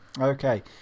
okay